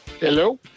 Hello